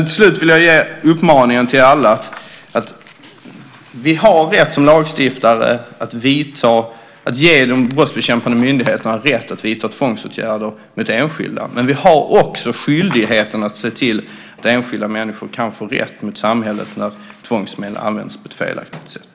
Till slut vill jag ge uppmaningen till alla: Vi har som lagstiftare rätten att ge de brottsbekämpande myndigheterna rätt att vidta tvångsåtgärder mot enskilda, men vi har också skyldigheten att se till att enskilda människor kan få rätt mot samhället när tvångsmedel används på ett felaktigt sätt.